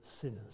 sinners